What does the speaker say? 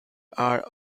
are